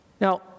Now